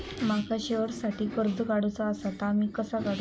माका शेअरसाठी कर्ज काढूचा असा ता मी कसा काढू?